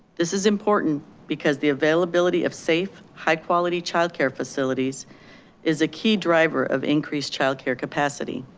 this is important because the availability of safe high quality childcare facilities is a key driver of increased childcare capacity